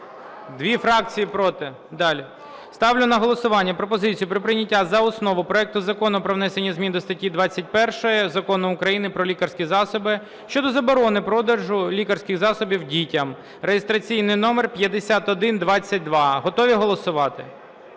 Дві фракції проти. Ставлю на голосування пропозицію про прийняття за основу проекту Закону про внесення змін до статті 21 Закону України "Про лікарські засоби" щодо заборони продажу лікарських засобів дітям (реєстраційний номер 5122). Готові голосувати?